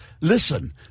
listen